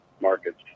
markets